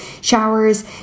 showers